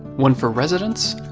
one for residents,